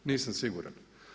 Nisam siguran.